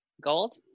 Gold